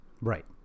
Right